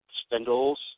spindles